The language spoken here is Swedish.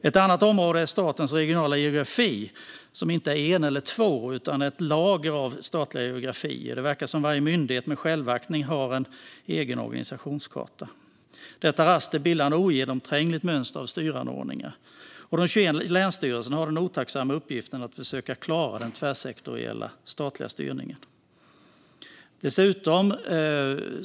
Ett annat sådant område gäller statens regionala geografi, som inte är en eller två utan ett lager av statliga geografier. Det verkar som om varje myndighet med självaktning har en egen organisationskarta. Detta raster bildar ett ogenomträngligt mönster av styranordningar. De 21 länsstyrelserna har den otacksamma uppgiften att försöka klara den tvärsektoriella statliga styrningen.